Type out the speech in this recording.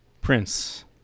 Prince